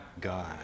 God